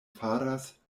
faras